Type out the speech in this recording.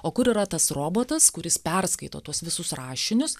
o kur yra tas robotas kuris perskaito tuos visus rašinius